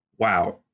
wow